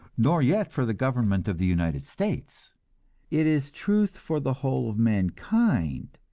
nor yet for the government of the united states it is truth for the whole of mankind,